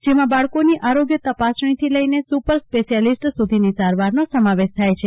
જેમાં બાળકોની આરોગ્ય તપાસણીથી લઇને સુપર સ્પેશ્યાલીસ્ટ સુધીની સારવારનો સમાવેશ થાય છે